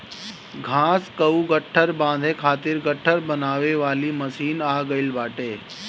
घाँस कअ गट्ठर बांधे खातिर गट्ठर बनावे वाली मशीन आ गइल बाटे